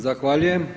Zahvaljujem.